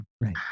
Right